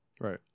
right